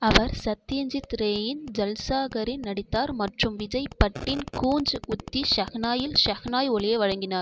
அவர் சத்யஜித் ரேயின் ஜல்சாகரில் நடித்தார் மற்றும் விஜய் பட்டின் கூஞ்ச் உத்தி ஷெஹ்னாயில் ஷெஹ்னாய் ஒலியை வழங்கினார்